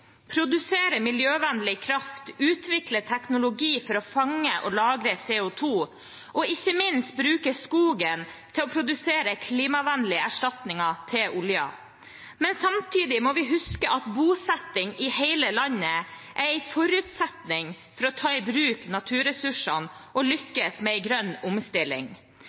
produsere miljøvennlig kraft, utvikle teknologi for å fange og lagre CO 2 , og ikke minst bruke skogen til å produsere klimavennlige erstatninger for oljen. Samtidig må vi huske at bosetting i hele landet er en forutsetning for å ta i bruk naturressursene og lykkes med en grønn omstilling.